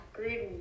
Gruden